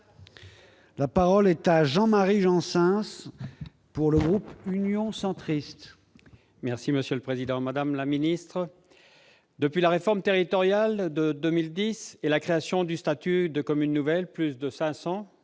La parole est à M. Jean-Marie Janssens, pour le groupe Union Centriste. Madame la ministre, depuis la réforme territoriale de 2010 et la création du statut de commune nouvelle, plus de 500-